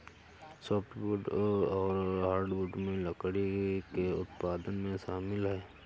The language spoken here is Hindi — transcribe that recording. सोफ़्टवुड और हार्डवुड भी लकड़ी के उत्पादन में शामिल है